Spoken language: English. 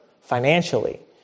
financially